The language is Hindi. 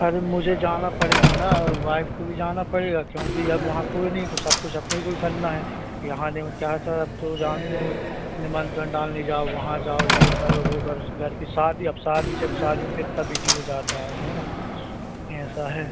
अरे मुझे जाना पड़ेगा ना वाइफ को भी जाना पड़ेगा क्योंकि अब वहाँ कोई नहीं तो सब कुछ अपने को ही करना है यहाँ आने में क्या सर आप तो जानते हैं जो निमंत्रण डालने जाओ वहाँ जाओ ये करो वो करो उस घर की शादी अब शादी शादी में कितना बिजी हो जाता है अब है न ऐसा है